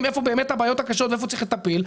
היכן באמת הבעיות הקשות והיכן צריך לטפל,